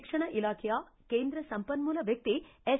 ಶಿಕ್ಷಣ ಇಲಾಖೆಯ ಕೇಂದ್ರ ಸಂಪನ್ಮೂಲ ವ್ಯಕ್ತಿ ಎಸ್